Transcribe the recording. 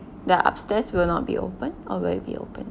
the upstairs will not be opened or will it be opened